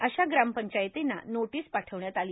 अशा ग्रामपंचायतींना नोटीस पाठवण्यात आली